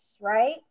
right